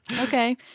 Okay